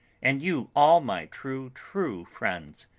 and you all my true, true friends,